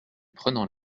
prenant